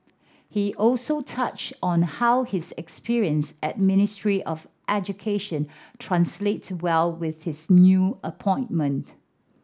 he also touched on how his experience at Ministry of Education translates well with his new appointment